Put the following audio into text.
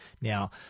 Now